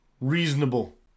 reasonable